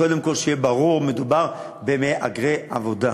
קודם כול, שיהיה ברור שמדובר במהגרי עבודה.